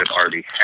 already